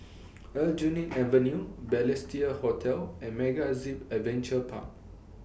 Aljunied Avenue Balestier Hotel and MegaZip Adventure Park